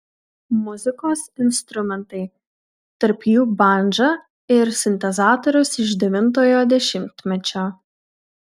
muzikos instrumentai tarp jų bandža ir sintezatorius iš devintojo dešimtmečio